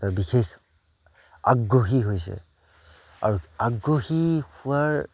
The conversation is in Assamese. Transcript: এটা বিশেষ আগ্ৰহী হৈছে আৰু আগ্ৰহী হোৱাৰ